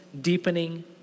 deepening